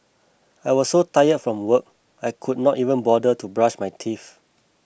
I was so tired from work I could not even bother to brush my teeth